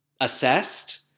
assessed